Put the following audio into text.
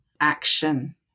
action